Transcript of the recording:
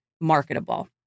marketable